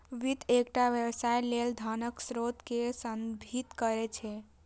वित्त एकटा व्यवसाय लेल धनक स्रोत कें संदर्भित करै छै